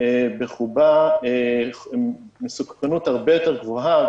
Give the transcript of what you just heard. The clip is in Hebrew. בחובה מסוכנות הרבה יותר גדולה.